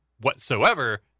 whatsoever